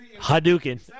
Hadouken